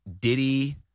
Diddy